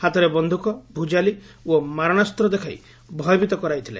ହାତରେ ବନ୍ଧୁକ ଭୁଜାଲି ଓ ମାରଣାସ୍ତ ଦେଖାଇ ଭୟଭୀତ କରାଇଥିଲେ